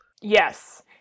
Yes